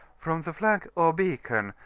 from the flag or beacon,